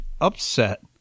upset